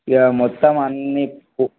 ఇక మొత్తం అన్నీ